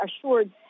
assured